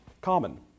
Common